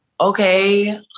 Okay